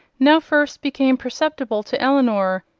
now first became perceptible to elinor,